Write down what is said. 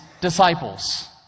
disciples